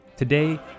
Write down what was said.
Today